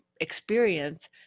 experience